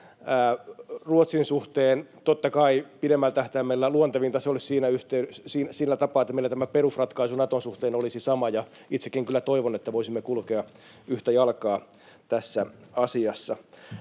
Ruotsin suhteen, totta kai, pidemmällä tähtäimellä luontevinta se olisi sillä tapaa, että meillä tämä perusratkaisu Naton suhteen olisi sama, ja itsekin kyllä toivon, että voisimme kulkea yhtä jalkaa tässä asiassa.